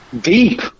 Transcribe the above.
deep